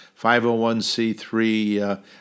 501c3